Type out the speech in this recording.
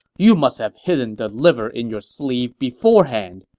you must have hidden the liver in your sleeve beforehand,